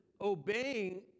obeying